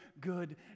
good